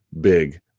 big